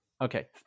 Okay